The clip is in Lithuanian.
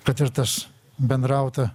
kad ir tas bendrauta